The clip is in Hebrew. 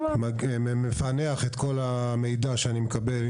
מפענח את כל המידע שאני מקבל,